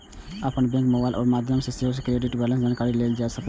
अपन बैंकक mobile app के माध्यम सं सेहो क्रेडिट बैंलेंस के जानकारी लेल जा सकै छै